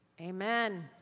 Amen